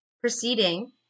Proceeding